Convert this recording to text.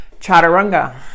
chaturanga